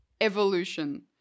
evolution